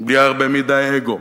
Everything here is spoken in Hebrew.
בלי הרבה מדי אגו,